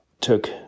took